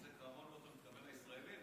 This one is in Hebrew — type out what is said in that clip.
אתה מתכוון לישראלים?